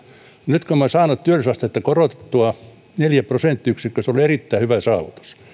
nyt kun olemme saaneet työllisyysastetta korotettua neljä prosenttiyksikköä se oli erittäin hyvä saavutus